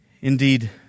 Indeed